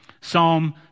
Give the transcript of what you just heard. Psalm